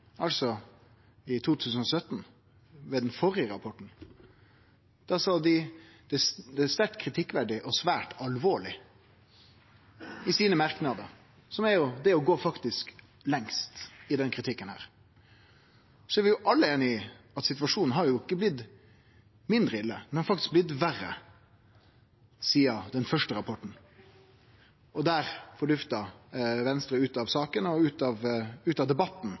altså i 2017, ved den førre rapporten. Da sa dei i merknadene sine at «det er svært alvorlig og kritikkverdig», som faktisk er den kritikken som går lengst. Så er vi alle einige i at situasjonen ikkje er blitt mindre ille – han er faktisk blitt verre sidan den første rapporten. Og der fordufta Venstre ut av saka og ut av debatten,